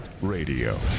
Radio